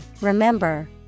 remember